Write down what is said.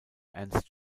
ernst